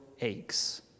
aches